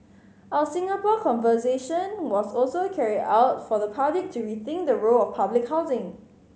our Singapore Conversation was also carried out for the public to rethink the role of public housing